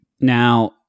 Now